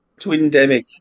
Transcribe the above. twindemic